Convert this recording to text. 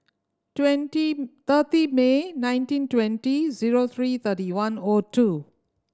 twenty thirty May nineteen twenty zero three thirty one O two